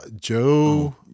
Joe